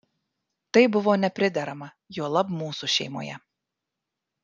tai buvo nepriderama juolab mūsų šeimoje